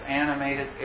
animated